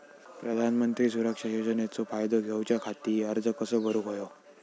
प्रधानमंत्री सुरक्षा योजनेचो फायदो घेऊच्या खाती अर्ज कसो भरुक होयो?